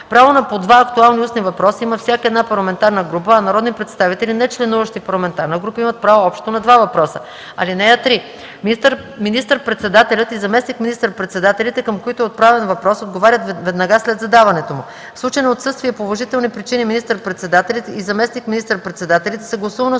Право на по два актуални устни въпроса има всяка една парламентарна група, а народни представители, нечленуващи в парламентарна група, имат право общо на два въпроса. (3) Министър-председателят и заместник министър-председателите, към които е отправен въпрос, отговарят веднага след задаването му. В случай на отсъствие по уважителни причини министър-председателят и заместник министър-председателите, съгласувано